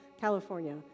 California